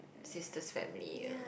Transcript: sister's family uh